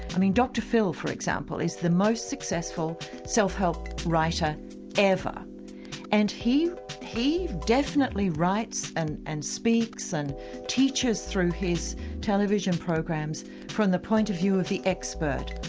i mean dr phil for example is the most successful self-help writer ever and he he definitely writes and and speaks and teaches through his television program from the point of view of the expert.